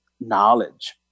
knowledge